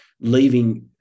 leaving